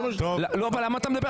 אם כך,